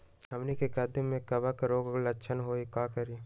हमनी के कददु में कवक रोग के लक्षण हई का करी?